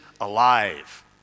alive